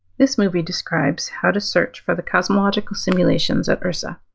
this movie describes how to search for the cosmological simulations at irsa.